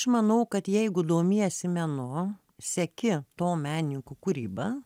aš manau kad jeigu domiesi menu seki to menininkų kūrybą